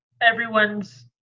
everyone's